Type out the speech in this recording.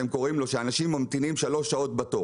שאנשים ממתינים שלוש שעות בתור